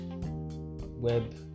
web